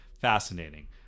fascinating